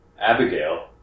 Abigail